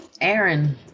Aaron